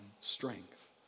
strength